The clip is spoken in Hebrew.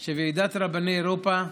שוועידת רבני אירופה,